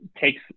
takes